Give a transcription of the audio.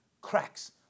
cracks